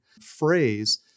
phrase